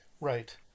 Right